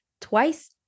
twice